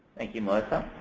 thank you melissa.